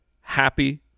happy